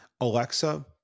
Alexa